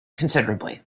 considerably